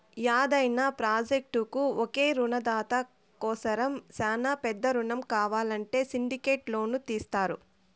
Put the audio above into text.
యాదైన ప్రాజెక్టుకు ఒకే రునదాత కోసరం శానా పెద్ద రునం కావాలంటే సిండికేట్ లోను తీస్తారు